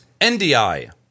NDI